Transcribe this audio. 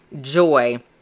joy